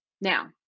now